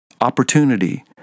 opportunity